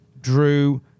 drew